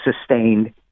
sustained